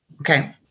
Okay